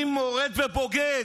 אני מורד ובוגד.